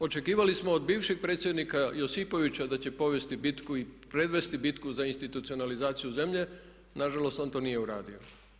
Očekivali smo od bivšeg predsjednika Josipovića da će povesti bitku i predvesti bitku za institucionalizaciju zemlje, nažalost on to nije uradio.